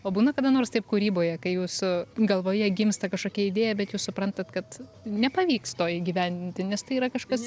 o būna kada nors taip kūryboje kai jūsų galvoje gimsta kažkokia idėja bet jūs suprantat kad nepavyks to įgyvendinti nes tai yra kažkas